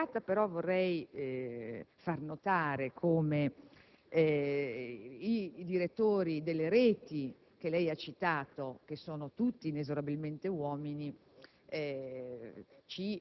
Alla senatrice Pellegatta, però, vorrei far notare come i direttori delle reti che lei ha citato, che sono tutti inesorabilmente uomini,